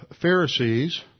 Pharisees